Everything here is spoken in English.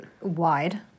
wide